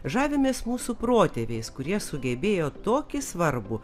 žavimės mūsų protėviais kurie sugebėjo tokį svarbų